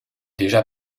déjà